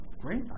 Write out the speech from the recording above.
great